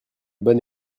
bonne